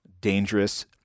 dangerous